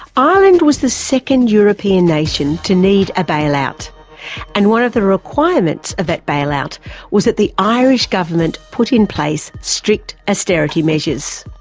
ireland was the second european nation to need a bailout and one of the requirements of that bailout was that the irish government put in place strict austerity measures.